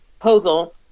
proposal